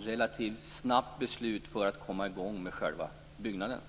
relativt snabbt borde fatta ett beslut för att komma i gång med själva byggnaden.